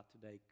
today